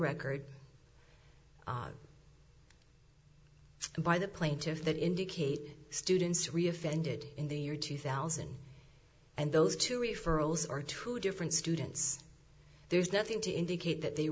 record by the plaintiffs that indicate students re offended in the year two thousand and those two referrals are two different students there's nothing to indicate that they